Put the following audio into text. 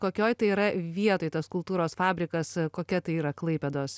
kokioj tai yra vietoj tas kultūros fabrikas kokia tai yra klaipėdos